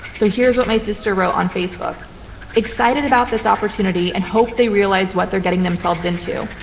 so here's what my sister wrote on facebook excited about this opportunity and hope they realize what they're getting themselves into.